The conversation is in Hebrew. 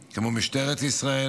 כמו משטרת ישראל,